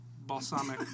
balsamic